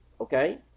Okay